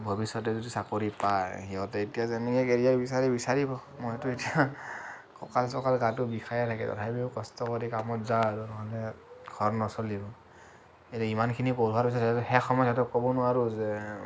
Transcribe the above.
ভৱিষ্যতে যদি চাকৰি পাই সিহঁতে এতিয়া যেনেকে কেৰিয়াৰ বিচাৰি বিচাৰিব মইতো এতিয়া ক'কাল চকাল গাটো বিষায়ে থাকে তথাপিও কষ্ট কৰি কামত যাওঁ আৰু নহ'লে ঘৰ নচলিব এতিয়া ইমানখিনি পঢ়োৱাৰ পিছত শেষ সময়ত ইহঁতক ক'ব নোৱাৰোঁ যে